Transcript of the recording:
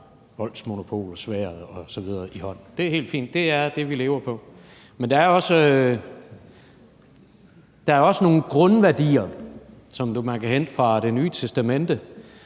voldsmonopolet, sværdet i hånden osv. Det er helt fint; det er det, vi lever på. Men der er også nogle grundværdier, som man kan hente fra Det Nye Testamente,